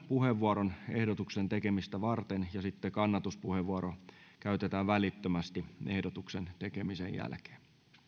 puheenvuoron ehdotuksen tekemistä varten ja kannatuspuheenvuoro käytetään välittömästi ehdotuksen tekemisen jälkeen